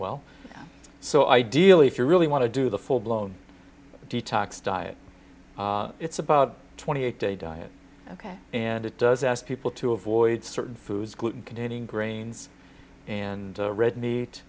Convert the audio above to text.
well so ideally if you really want to do the full blown detox diet it's about twenty eight day diet ok and it does ask people to avoid certain foods gluten containing grains and red meat